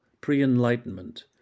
pre-enlightenment